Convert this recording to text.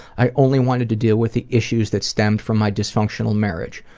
i only wanted to deal with the issues that stemmed from my dysfunctional marriage.